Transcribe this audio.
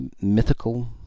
mythical